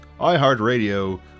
iHeartRadio